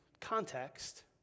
context